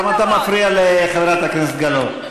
למה אתה מפריע לחברת הכנסת גלאון?